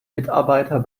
mitarbeiter